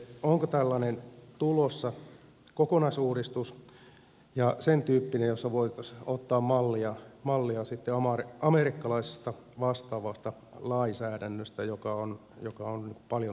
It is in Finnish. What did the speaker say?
onko tällainen kokonaisuudistus tulossa sentyyppinen jossa sitten voitaisiin ottaa mallia amerikkalaisesta vastaavasta lainsäädännöstä joka on paljon toimivampi